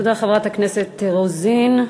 תודה, חברת הכנסת רוזין.